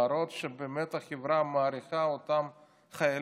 להראות שבאמת החברה מעריכה את אותם חיילים,